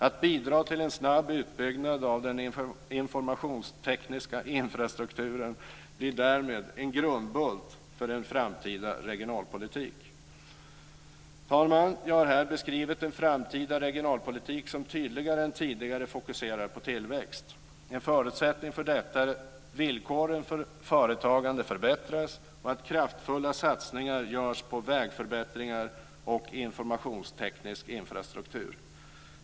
Att bidra till en snabb utbyggnad av den informationstekniska infrastrukturen blir därmed en grundbult för en framtida regionalpolitik. Herr talman! Jag har här beskrivit en framtida regionalpolitik som tydligare än tidigare fokuserar på tillväxt. En förutsättning för detta är att villkoren för företagande förbättras och att kraftfulla satsningar görs på vägförbättringar och informationsteknisk infrastruktur.